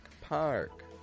park